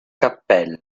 cappella